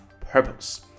purpose